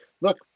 look